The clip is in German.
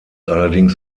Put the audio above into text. allerdings